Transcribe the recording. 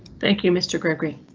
thank you mr gregory.